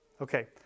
Okay